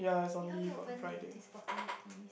you help me open this bottle please